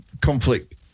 conflict